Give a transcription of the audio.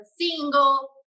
single